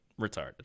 retarded